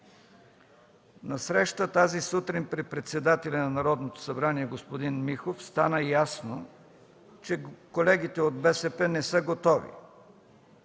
На среща тази сутрин при председателя на Народното събрание господин Миков стана ясно, че колегите от БСП не са готови.